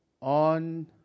on